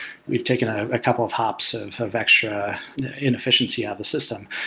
we've taken a couple of hops of of extra inefficiency out of the system.